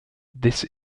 this